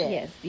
Yes